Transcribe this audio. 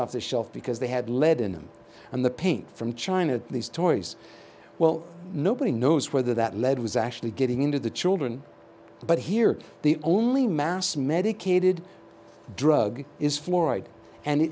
off the shelf because they had lead in them and the paint from china these toys well nobody knows whether that lead was actually getting into the children but here the only mass medicated drug is fluoride and it